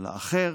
לאחר,